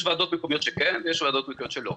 יש ועדות מקומיות שכן ויש ועדות מקומיות שלא.